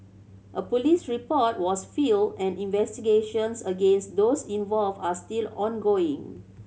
a police report was filed and investigations against those involved are still ongoing